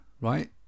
right